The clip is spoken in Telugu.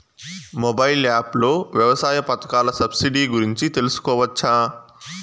మొబైల్ యాప్ లో వ్యవసాయ పథకాల సబ్సిడి గురించి తెలుసుకోవచ్చా?